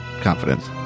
confidence